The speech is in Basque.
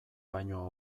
baino